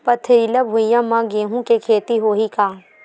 पथरिला भुइयां म गेहूं के खेती होही का?